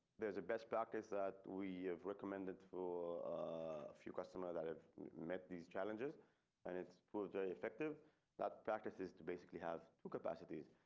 there's a best practice that we have recommended for a few customers that have met these challenges and it's for the effective that practice is to basically have two capacities.